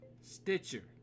Stitcher